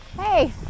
hey